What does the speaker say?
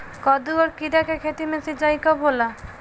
कदु और किरा के खेती में सिंचाई कब होला?